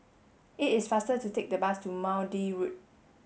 it is faster to take the bus to Maude Road